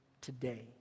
today